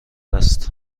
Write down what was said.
است